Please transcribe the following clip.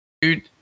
dude